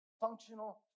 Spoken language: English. functional